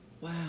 Wow